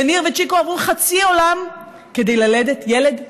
יניר וצ'יקו עברו חצי עולם כדי ללדת ילד יהודי,